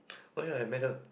why I met her